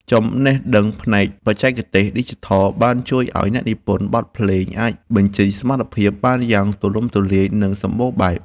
ចំណេះដឹងផ្នែកបច្ចេកទេសឌីជីថលបានជួយឱ្យអ្នកនិពន្ធបទភ្លេងអាចបញ្ចេញសមត្ថភាពបានយ៉ាងទូលំទូលាយនិងសម្បូរបែប។